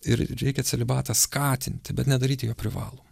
ir reikia celibatą skatinti bet nedaryti jo privalomu